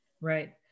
right